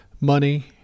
Money